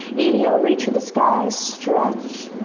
inhale, reach to the sky, stretch,